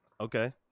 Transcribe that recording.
okay